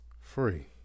free